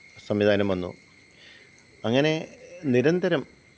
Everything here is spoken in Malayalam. സംവിധാനം വന്നു അങ്ങനെ നിരന്തരം